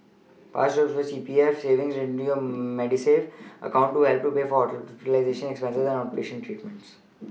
part of your C P F savings go into your Medisave account to help pay for hospitalization expenses and outpatient treatments